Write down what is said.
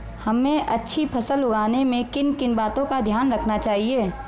हमें अच्छी फसल उगाने में किन किन बातों का ध्यान रखना चाहिए?